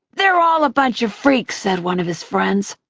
they're all a bunch of freaks! said one of his friends.